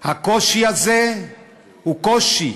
הקושי הזה הוא קושי,